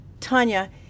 Tanya